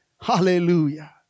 Hallelujah